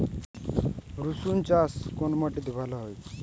রুসুন চাষ কোন মাটিতে ভালো হয়?